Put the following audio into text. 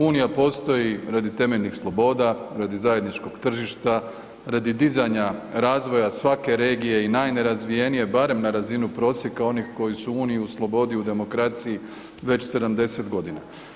Unija postoji radi temeljnih sloboda, radi zajedničkog tržišta, radi dizanja razvoja svake regije i najnerazvijenije barem na razinu prosjeka onih koji su u uniji u slobodi u demokraciji već 70 godina.